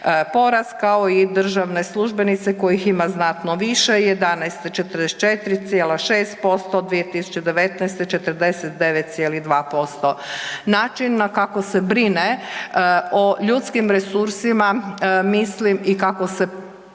kao i državne službenice kojih ima znatno više '11. 44,6%, 2019. 49,2%. Način na kako se brine o ljudskim resursima mislim i kako se polaže